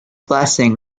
blessing